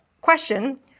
Question